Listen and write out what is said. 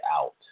out